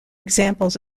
examples